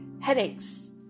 headaches